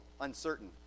uncertain